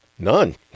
none